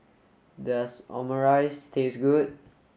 does Omurice taste good